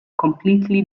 completely